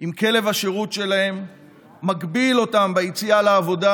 עם כלב השירות שלהם מגביל אותם ביציאה לעבודה,